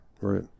Right